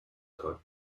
tag